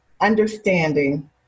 understanding